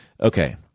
Okay